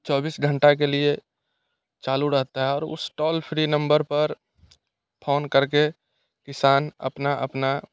चौबीस घंटा के लिए चालू रहता है और उस टॉल फ्री नंबर पर फोन करके किसान अपना अपना